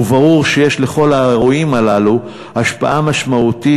וברור שיש לכל האירועים הללו השפעה משמעותית